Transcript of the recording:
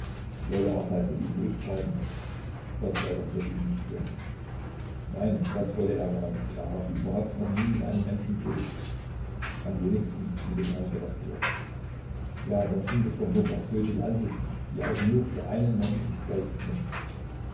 herr falk mit ihm ulk treiben das sei doch wirklich nicht schön nein das wolle er gar nicht er habe überhaupt noch nie mit einem menschen geulkt am wenigsten mit dem herrn redakteur ja dann sind es doch nur persönliche ansichten die auch nur für einen menschen gelten können